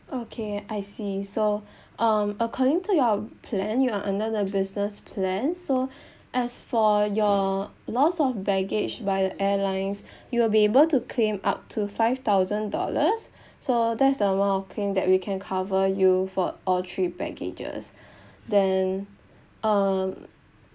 okay I see so um according to your plan you are under the business plan so as for your loss of baggage by the airlines you will be able to claim up to five thousand dollars so that's the amount of claim that we can cover you for all three baggages then um